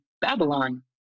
Babylon